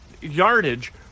yardage